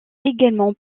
également